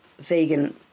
vegan